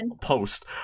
post